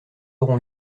auront